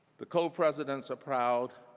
the co-presidents are proud